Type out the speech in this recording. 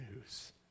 news